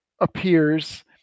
appears